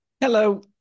Hello